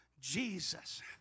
Jesus